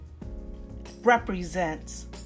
represents